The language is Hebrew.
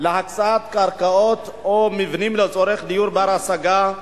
"להקצות קרקעות או מבנים לצורך דיור בר-השגה,